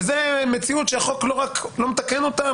וזו מציאות שהחוק לא רק שלא מתקן אותה,